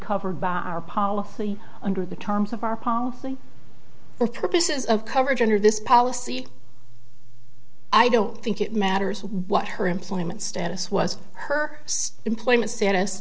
covered by our policy under the terms of our policy for purposes of coverage under this policy i don't think it matters what her employment status was her employment status